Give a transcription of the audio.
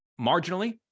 marginally